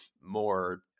more